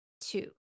two